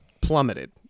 plummeted